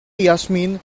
jasmin